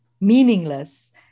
meaningless